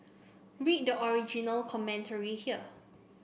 read the original commentary here